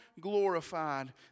glorified